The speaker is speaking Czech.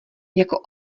jako